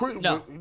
No